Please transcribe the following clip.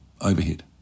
overhead